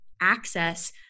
access